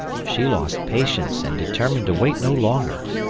she lost patience and determined to wait no longer.